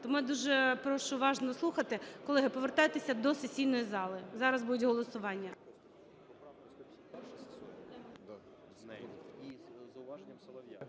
тому я дуже прошу уважно слухати. Колеги, повертайтеся до сесійної зали, зараз будуть голосування.